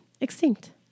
Extinct